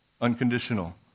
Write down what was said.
unconditional